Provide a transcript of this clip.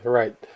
right